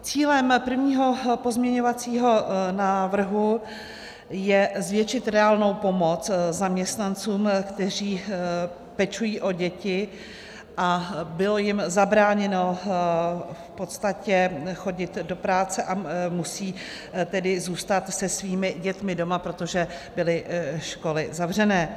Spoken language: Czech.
Cílem prvního pozměňovacího návrhu je zvětšit reálnou pomoc zaměstnancům, kteří pečují o děti a bylo jim zabráněno v podstatě chodit do práce, a musí tedy zůstat se svými dětmi doma, protože byly školy zavřené.